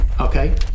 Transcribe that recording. okay